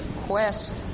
quest